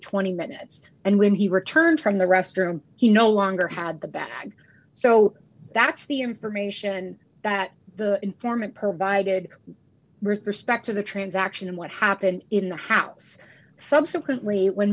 twenty minutes and when he returned from the restaurant he no longer had the bag so that's the information that the informant provided respect to the transaction and what happened in the house subsequently when